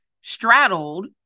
straddled